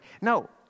no